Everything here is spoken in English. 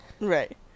Right